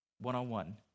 one-on-one